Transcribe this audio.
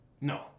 No